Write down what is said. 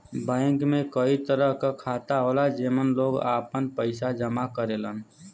bank में कई तरह क खाता होला जेमन लोग आपन पइसा जमा करेलन